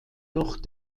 noch